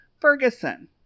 Ferguson